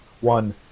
one